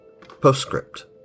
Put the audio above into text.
Postscript